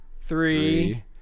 Three